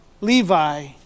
Levi